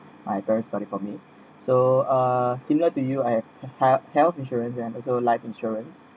my parents got it for me so uh similar to you I have health insurance and also life insurance